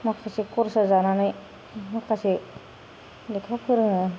माखासे खरसा जानानै माखासे लेखा फोरोङो